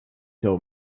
till